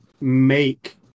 make